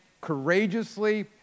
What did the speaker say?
courageously